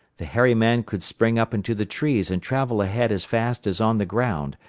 the hairy man could spring up into the trees and travel ahead as fast as on the ground,